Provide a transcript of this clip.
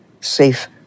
safe